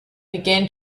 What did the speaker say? began